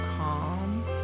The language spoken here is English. calm